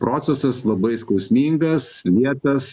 procesas labai skausmingas lėtas